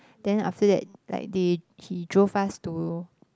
then after that like they he drove us to